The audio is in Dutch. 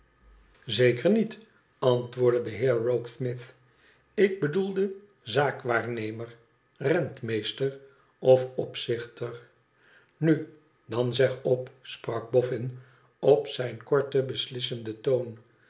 zeker niet antwoordde de heer rokesmith ik bedoelde zaakwaarnemer rentmeester of opzichter nu dan zeg op sprak boffin op zijn korten beslissenden toon